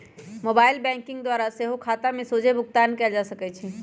mobile banking द्वारा सेहो खता में सोझे भुगतान कयल जा सकइ छै